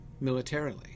militarily